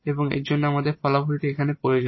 এবং এর জন্য আমাদের এই ফলাফলটি এখানে প্রয়োজন